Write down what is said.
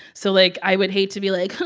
so, like, i would hate to be like,